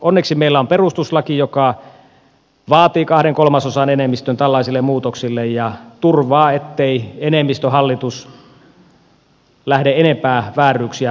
onneksi meillä on perustuslaki joka vaatii kahden kolmasosan enemmistön tällaisille muutoksille ja turvaa ettei enemmistöhallitus lähde enempää vääryyksiä runnomaan läpi